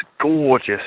gorgeous